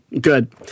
Good